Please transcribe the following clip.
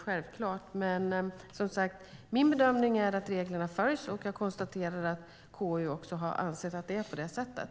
Min bedömning är dock som sagt att reglerna följs, och jag konstaterar att KU också har ansett att det är på det sättet.